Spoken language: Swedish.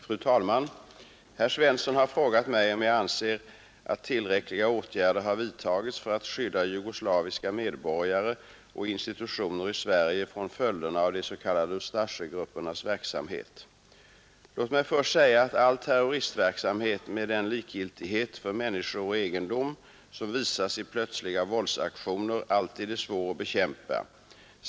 Fru talman! Herr Svensson i Malmö har frågat mig om jag anser att tillräckliga åtgärder vidtagits för att skydda jugoslaviska medborgare och institutioner i Sverige från följderna av de s.k. Ustasjagruppernas verksamhet. Låt mig först säga att all terroristverksamhet med den likgiltighet för människor och egendom som visas i plötsliga våldsaktioner alltid är svår att bekämpa.